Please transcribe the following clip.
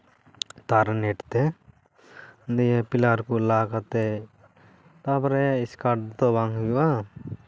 ᱛᱟᱨ ᱱᱮᱴ ᱛᱮ ᱫᱭᱮ ᱯᱤᱞᱟᱨ ᱠᱚ ᱞᱟ ᱠᱟᱛᱮ ᱛᱟᱯᱚᱨᱮ ᱮᱥᱠᱟᱨ ᱛᱮᱫᱚ ᱵᱟᱝ ᱦᱩᱭᱩᱜᱼᱟ